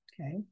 Okay